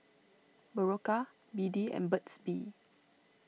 Berocca B D and Burt's Bee